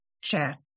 chat